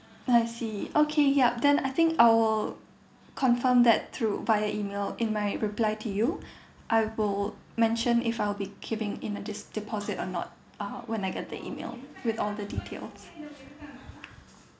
I see okay yup then I think I will confirm that through via email in my reply to you I will mention if I'll be keeping in a de~ deposit or not uh when I get the email with all the details